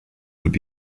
would